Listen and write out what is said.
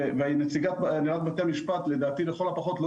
נציגת הנהלת בתי המשפט לדעתי לכל הפחות לא